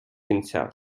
кінця